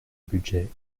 budget